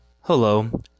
Hello